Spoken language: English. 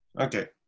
Okay